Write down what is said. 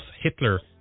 Hitler